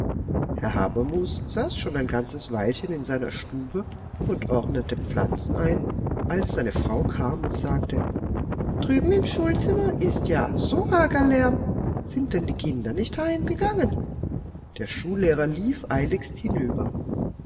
herr habermus saß schon ein ganzes weilchen in seiner stube und ordnete pflanzen ein als seine frau kam und sagte drüben im schulzimmer ist ja so arger lärm sind denn die kinder nicht heimgegangen der schullehrer lief eiligst hinüber